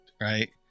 Right